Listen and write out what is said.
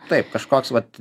taip kažkoks vat